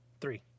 three